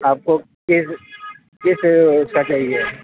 آپ کو کس کس کا چاہیے